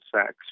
sex